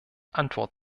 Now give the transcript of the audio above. antwort